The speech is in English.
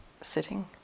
sitting